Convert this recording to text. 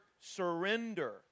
surrender